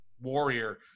warrior